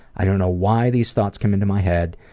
i don't know why these thoughts come into my head.